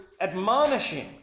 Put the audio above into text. admonishing